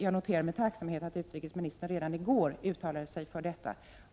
Jag noterar med tacksamhet att utrikesministern redan i går uttalade sig för detta.